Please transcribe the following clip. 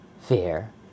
fear